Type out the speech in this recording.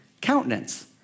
countenance